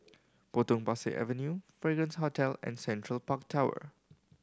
Potong Pasir Avenue Fragrance Hotel and Central Park Tower